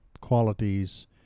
qualities